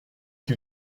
qui